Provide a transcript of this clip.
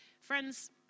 friends